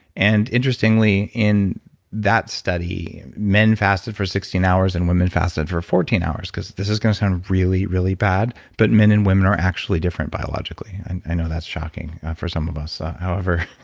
and interestingly, in that study, men fasted for sixteen hours, and women fasted for fourteen hours because this is going to sound really really bad, but men and women are actually different biologically. and i know that's shocking for some of us. ah however,